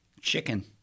chicken